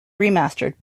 remastered